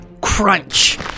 crunch